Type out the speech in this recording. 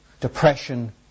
depression